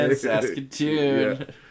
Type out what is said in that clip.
Saskatoon